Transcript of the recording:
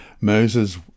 Moses